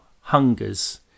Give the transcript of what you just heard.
hungers